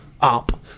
up